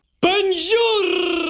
Bonjour